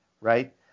right